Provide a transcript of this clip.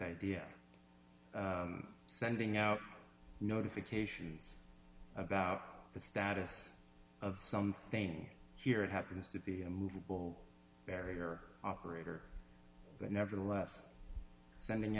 idea sending out notifications about the status of something here it happens to be a movable barrier operator that nevertheless sending